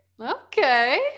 okay